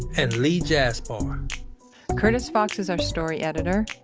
and lee jaspar um ah curtis fox is our story editor,